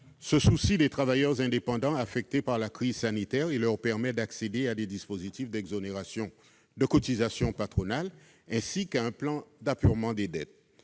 se soucie des travailleurs indépendants affectés par la crise sanitaire et leur permet d'accéder à des dispositifs d'exonération de cotisations patronales, ainsi qu'à un plan d'apurement des dettes.